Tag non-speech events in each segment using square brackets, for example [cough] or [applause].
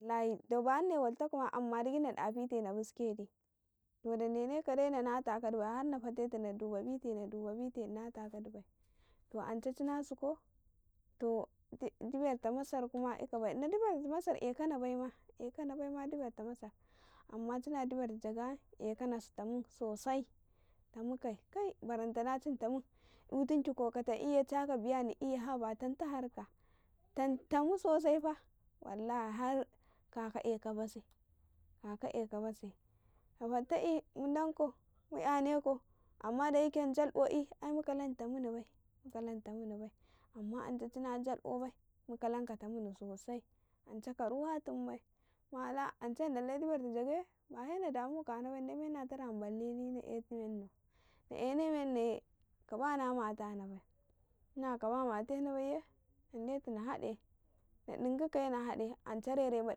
wallahi to banine waltaka ma amma gdi na ɗafite na busketi to da dene ka de na wata kadi bai har na fateti na duba bite, nadubabite ina ta di bai to ance chinasikau, to diberta masarma ika bai, in diberta masarekana bai ma, ekana baima diberta masar, amman cina diberta jaga yan ekanasitamu gam, tamu kai barantana chauta man yutinki kok tambiye chaka biyahni haba tanta harka tamu sosai fa tamta har ka eka base kaka eko base, ma fattaƃi mudu kau mu ''yane kan dayake jlabo ƃin mu kalan tamuni bai, mukatun tamuni bai, [unintelligible] ance ci na jalboɗai mu kalan tamum gam ance ka amutun bai ance na dala diberta jagaye ba he na damu kana bai na ina mena a tarama ballili na etu mennau na ene menneye kaba na mata na bai ci na kaba matena baiye nadetu na hade, na dun kukaye na hade ai rere ma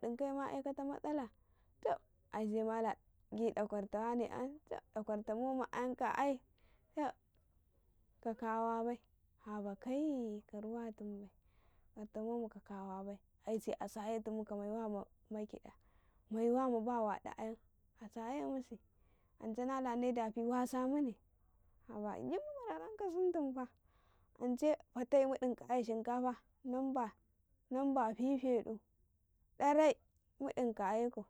dinkaima eka to mastalaatab aise mala ghi dakwarata momi ayan dakwarta momi oyan ai tab ka kawabai haba kai ka amutum bai da kwarta momi ka kawa bai aise aganeka tum maiwa ma matkida maiwa ma ba waɗa ayan asene tumsi ance nala de dafi wase mune haba gid mu bararauka sun tun fa, ance fattai ma din kanishinka numba fifeɗu darai mu dinku.